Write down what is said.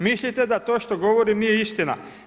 Mislite da to što govorim nije istina?